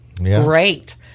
Great